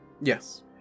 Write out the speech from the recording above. Yes